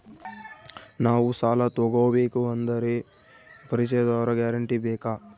ನಾವು ಸಾಲ ತೋಗಬೇಕು ಅಂದರೆ ಪರಿಚಯದವರ ಗ್ಯಾರಂಟಿ ಬೇಕಾ?